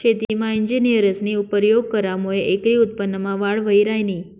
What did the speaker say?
शेतीमा इंजिनियरस्नी परयोग करामुये एकरी उत्पन्नमा वाढ व्हयी ह्रायनी